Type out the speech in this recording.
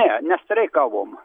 ne nestreikavom